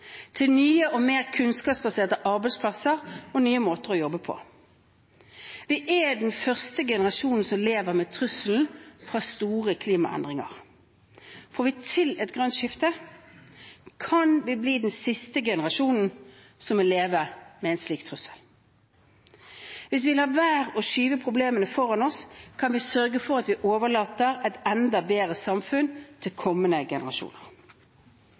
til nye og mer kunnskapsbaserte arbeidsplasser og nye måter å jobbe på. Vi er den første generasjonen som lever med trusselen fra store klimaendringer. Får vi til et grønt skifte, kan vi bli den siste generasjonen som må leve med en slik trussel. Hvis vi lar være å skyve problemene foran oss, kan vi sørge for at vi overlater et enda bedre samfunn til kommende generasjoner.